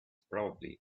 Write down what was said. probably